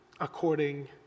according